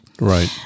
Right